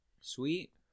Sweet